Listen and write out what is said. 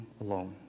alone